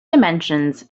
dimensions